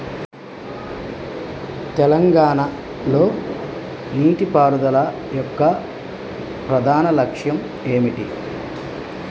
తెలంగాణ లో నీటిపారుదల యొక్క ప్రధాన లక్ష్యం ఏమిటి?